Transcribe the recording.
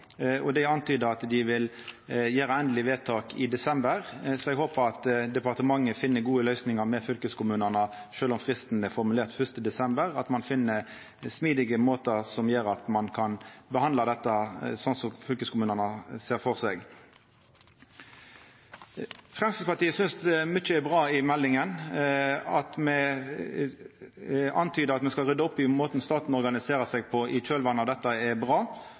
Det er antyda at dei vil gjera endeleg vedtak i desember. Så eg håper at departementet finn gode løysingar med fylkeskommunane sjølv om fristen er formulert 1. desember, og finn smidige måtar som gjer at ein kan behandla dette sånn som fylkeskommunane ser for seg. Framstegspartiet synest mykje er bra i meldinga. At me antydar at me skal rydda opp i måten staten organiserer seg på i kjølvatnet av dette, er bra.